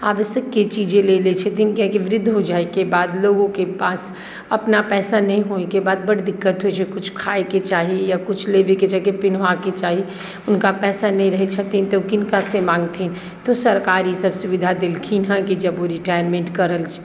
आवश्यक के चीज ले लै छथिन किएकि वृद्ध हो जाइ के बाद लोगो के पास अपना पैसा नहि होइके बाद बड दिक्कत होइ छै किछु खाइके चाही या किछु लेबे के चाही की पिन्हबा के चाही हुनका पैसा नहि रहै छथिन तऽ ओ किनका सँ माँगथिन तऽ सरकार ईसब सुविधा देलखिन हँ की जब ओ रिटायरमेन्ट